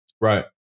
Right